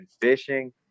fishing